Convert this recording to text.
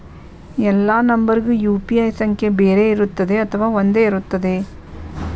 ಎಲ್ಲಾ ನಂಬರಿಗೂ ಯು.ಪಿ.ಐ ಸಂಖ್ಯೆ ಬೇರೆ ಇರುತ್ತದೆ ಅಥವಾ ಒಂದೇ ಇರುತ್ತದೆ?